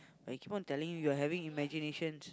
but it keep on telling you you are having imaginations